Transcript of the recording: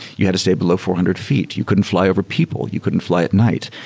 you had to stay below four hundred feet. you couldn't fly over people. you couldn't fly at night.